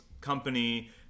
company